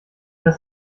das